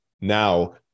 Now